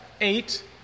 eight